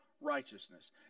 righteousness